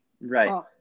Right